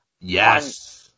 yes